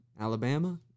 Alabama